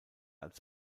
als